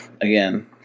again